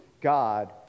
God